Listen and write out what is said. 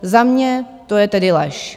Za mě to je tedy lež.